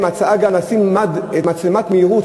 גם לשים מצלמת מהירות,